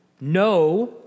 No